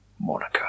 Monica